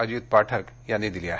अजित पाठक यांनी दिली आहे